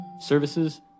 Services